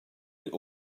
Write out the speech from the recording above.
igl